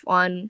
on